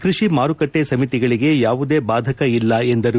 ಕೃಷಿ ಮಾರುಕಟ್ಲೆ ಸಮಿತಿಗಳಿಗೆ ಯಾವುದೇ ಬಾಧಕ ಇಲ್ಲ ಎಂದರು